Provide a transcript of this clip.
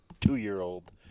two-year-old